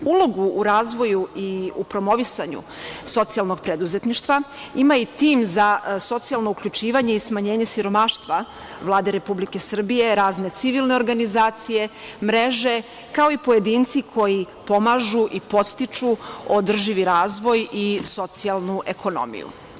Ulogu u razvoju i u promovisanju socijalnog preduzetništva ima i tim za socijalno uključivanje i smanjenje siromaštva Vlade Republike Srbije, razne civilne organizacije, mreže, kao i pojedinci koji pomažu i podstiču održivi razvoj i socijalnu ekonomiju.